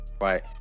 Right